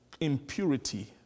impurity